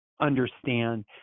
understand